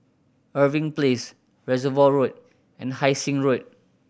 Irving Place Reservoir Road and Hai Sing Road